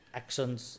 actions